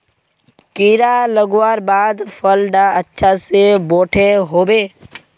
कीड़ा लगवार बाद फल डा अच्छा से बोठो होबे?